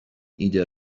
ایده